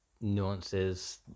nuances